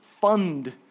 fund